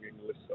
English